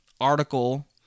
article